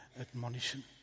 admonition